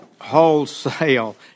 wholesale